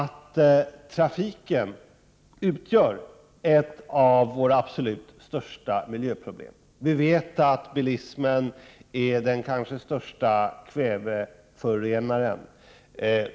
Trafiken utgör ju ett av våra absolut största miljöproblem. Vi vet att bilismen är den kanske största kväveförorenaren.